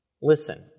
Listen